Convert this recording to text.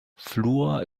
fluor